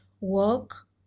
work